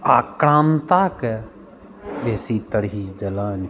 आओर कामताके बेसी तरजीह देलनि